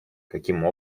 каким